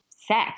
sex